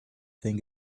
think